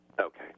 Okay